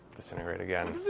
disintegrate again.